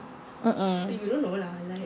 mm mm